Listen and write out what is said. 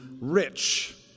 rich